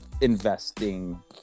investing